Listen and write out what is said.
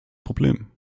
problem